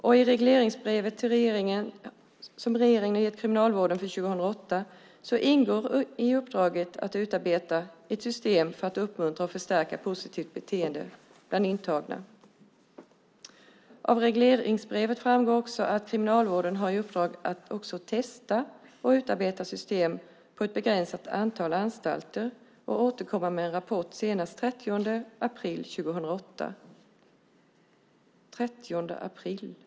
I regeringens regleringsbrev till Kriminalvården för 2008 ingår i uppdraget att utarbeta ett system för att uppmuntra och förstärka ett positivt beteende bland intagna. Av regleringsbrevet framgår också att Kriminalvården har i uppdrag att testa och utarbeta system på ett begränsat antal anstalter och att återkomma med en rapport senast den 30 april 2008.